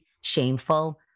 shameful